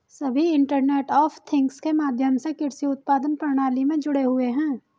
सभी internet of things के माध्यम से कृषि उत्पादन प्रणाली में जुड़े हुए हैं